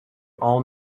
all